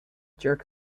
jerk